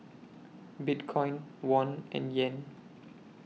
Bitcoin Won and Yen